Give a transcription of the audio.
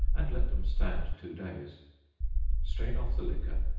and let them stand two days strain off the liquor,